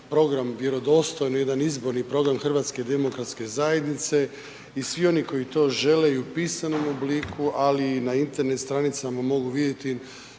program Vjerodostojno, jedan izborni program HDZ-a i svi oni koji to žele i u pisanom obliku ali i na Internet stranicama mogu vidjeti